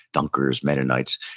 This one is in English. dunkers, mennonites,